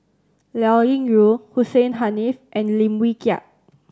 Liao Yingru Hussein Haniff and Lim Wee Kiak